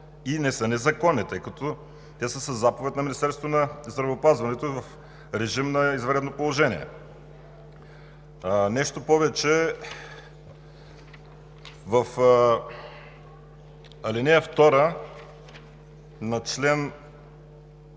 и не са незаконни, тъй като те са със заповед на Министерството на здравеопазването в режим на извънредно положение. Нещо повече, в ал. 2 на чл.